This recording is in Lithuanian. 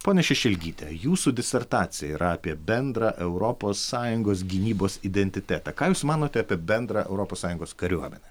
ponia šešelgyte jūsų disertacija yra apie bendrą europos sąjungos gynybos identitetą ką jūs manote apie bendrą europos sąjungos kariuomenę